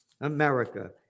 America